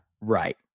Right